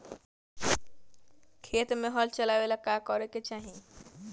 खेत मे हल चलावेला का चाही?